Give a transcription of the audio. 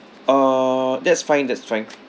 uh that's fine that's fine